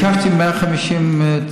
ביקשתי 150 אחיות,